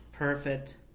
Perfect